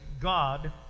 God